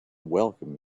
welcome